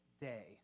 day